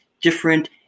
different